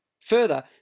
Further